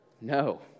No